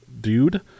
dude